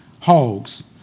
hogs